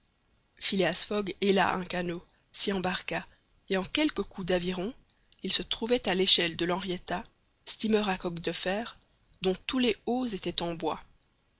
phileas fogg héla un canot s'y embarqua et en quelques coups d'aviron il se trouvait à l'échelle de l'henrietta steamer à coque de fer dont tous les hauts étaient en bois